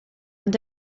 ond